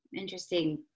interesting